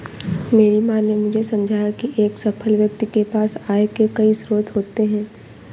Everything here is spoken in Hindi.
मेरी माँ ने मुझे समझाया की एक सफल व्यक्ति के पास आय के कई स्रोत होते हैं